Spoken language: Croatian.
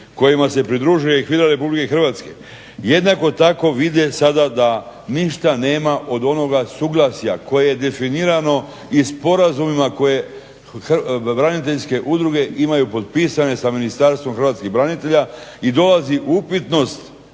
kojima se pridružuje i HVIDRA Republike Hrvatske. Jednako tako vide sad da ništa nema od onoga suglasja koje je definirano i sporazumima koje braniteljske udruge imaju potpisane sa Ministarstvom hrvatskih branitelja i dolazi upitnost